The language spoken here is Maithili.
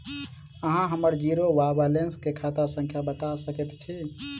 अहाँ हम्मर जीरो वा बैलेंस केँ खाता संख्या बता सकैत छी?